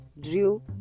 drew